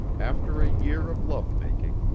after a year of love-making,